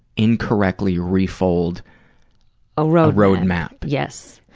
incorrectly refold a road road map. yes.